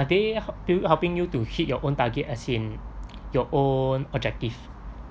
are they help~ helping you to hit your own target as in your own objective